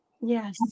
Yes